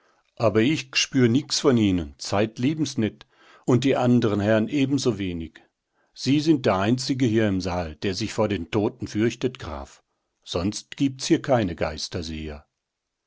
aber ich gespür nix von ihnen zeitlebens net und die anderen herren ebensowenig sie sind der einzige hier im saal der sich vor den toten fürchtet graf sonst gibt's hier keinen geisterseher